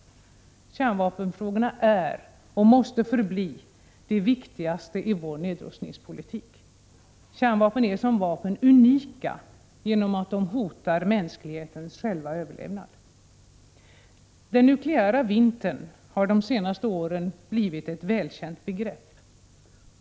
Kärnvapenfrågorna är och måste förbli det viktigaste i vår nedrustningspolitik. Kärnvapen är som vapen unika genom att de hotar mänsklighetens själva överlevnad. Den nukleära vintern har de senaste åren blivit ett välkänt begrepp.